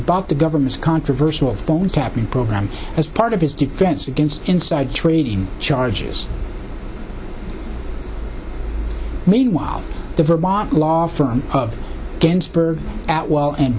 about the government's controversial phone tapping program as part of his defense against insider trading charges meanwhile the vermont law firm of ginsberg at weill and